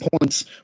points